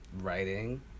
writing